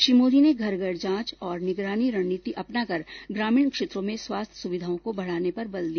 श्री मोदी ने घर घर जांच और निगरानी रणनीति अपनाकर ग्रामीण क्षेत्रों में स्वास्थ्य सुविधाओं को बढाने पर बल दिया